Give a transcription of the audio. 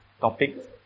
topic